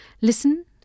listen